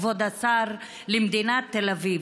כבוד השר, למדינת תל אביב.